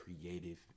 creative